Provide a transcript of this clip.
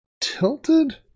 tilted